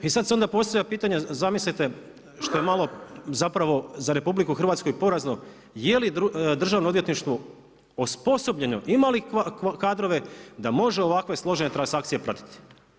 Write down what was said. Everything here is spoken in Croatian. I sad se onda postavlja pitanje zamislite što malo zapravo za RH i porazno je li Državno odvjetništvo osposobljeno, ima li kadrove da može ovakve složene transakcije pratiti.